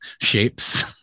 shapes